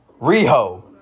Riho